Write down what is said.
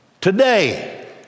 today